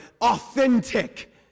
Authentic